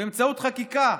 באמצעות חקיקה,